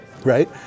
Right